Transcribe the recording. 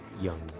young